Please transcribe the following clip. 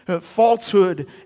falsehood